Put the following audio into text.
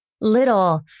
little